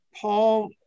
Paul